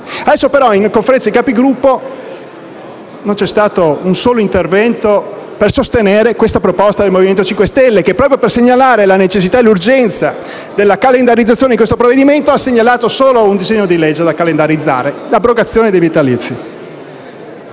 adesso, però, in Conferenza dei Capigruppo non c'è stato un solo intervento a sostegno di questa proposta del Movimento 5 Stelle che proprio per sottolineare la necessità e l'urgenza della calendarizzazione del provvedimento ha segnalato un solo provvedimento da calendarizzare: quello sull'abrogazione dei vitalizi.